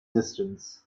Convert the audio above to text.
distance